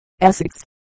Essex